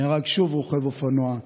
נהרג שוב רוכב אופנוע,